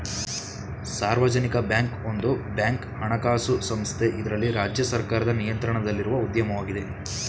ಸಾರ್ವಜನಿಕ ಬ್ಯಾಂಕ್ ಒಂದು ಬ್ಯಾಂಕ್ ಹಣಕಾಸು ಸಂಸ್ಥೆ ಇದ್ರಲ್ಲಿ ರಾಜ್ಯ ಸರ್ಕಾರದ ನಿಯಂತ್ರಣದಲ್ಲಿರುವ ಉದ್ಯಮವಾಗಿದೆ